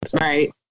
Right